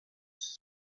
més